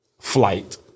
Flight